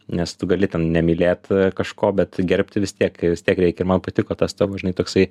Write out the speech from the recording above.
nes tu gali ten nemylėt kažko bet gerbti vis tiek vis tiek reikia ir man patiko tas tavo žinai toksai